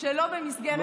שלא במסגרת החוק.